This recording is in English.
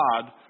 God